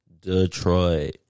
Detroit